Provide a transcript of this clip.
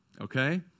okay